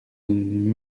une